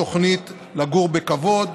את תוכנית לגור בכבוד,